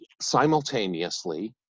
simultaneously